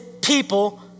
people